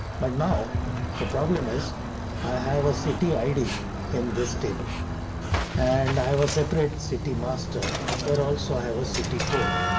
but now the problem is i have a city id in this table and i was separate city master where also i have a city code.